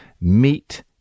Meet